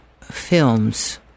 films